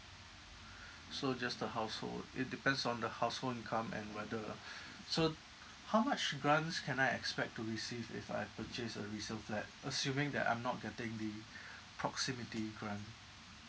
so just the household it depends on the household income and whether uh so how much grants can I expect to receive if I purchase a resale flat assuming that I'm not getting the proximity grant